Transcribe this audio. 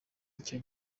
icyo